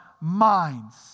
minds